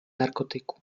narkotyku